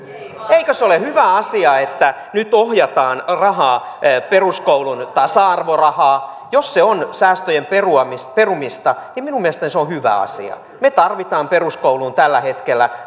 eikö se ole hyvä asia että nyt ohjataan rahaa peruskouluun tasa arvorahaa jos se on säästöjen perumista perumista niin minun mielestäni se on hyvä asia me tarvitsemme peruskoulussa tällä hetkellä